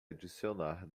adicionar